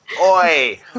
Oi